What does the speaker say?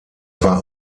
war